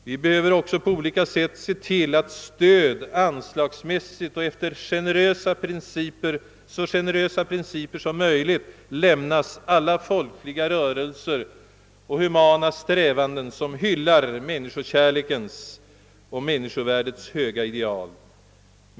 Vi behöver därför se till att ekonomiskt stöd efter generösa principer och på andra vägar lämnas alla folkliga rörelser och humana strävanden, som hyllar människokärlekens och människovärdets höga ideal.